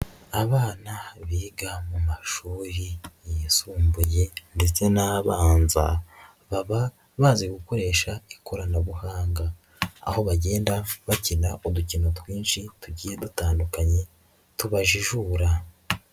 Abana biga mu mashuri yisumbuye ndetse n'abanza baba bazi gukoresha ikoranabuhanga, aho bagenda bakina udukino twinshi tugiye dutandukanye tubajijura.